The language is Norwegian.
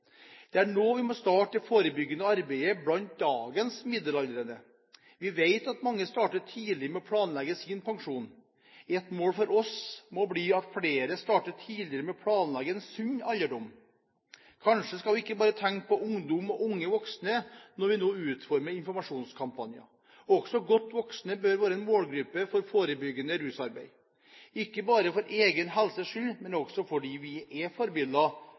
Det er nå vi må starte det forebyggende arbeidet blant dagens middelaldrende. Vi vet at mange starter tidlig med å planlegge sin pensjonstilværelse. Et mål for oss må bli at flere starter tidligere med å planlegge en sunn alderdom. Kanskje skal vi ikke bare tenke på ungdom og unge voksne når vi utformer informasjonskampanjer. Også godt voksne bør være en målgruppe for forebyggende rusarbeid – ikke bare for egen helses skyld, men også fordi vi er